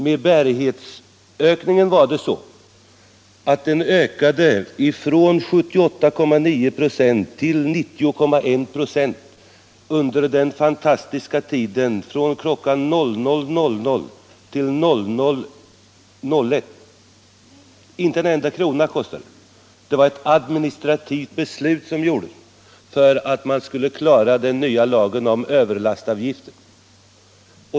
Med bärighetsökningen var det ju så, att den ökade från 78,9 96 till 90,1 926 under den fantastiska tiden från kl. 00.00 till 00.01 nyåret 1974 — och inte en enda krona kostade det. Det var ett administrativt beslut som fattades för att man skulle klara den nya lagen om överlastavgifter.